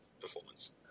performance